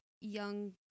young